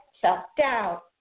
self-doubt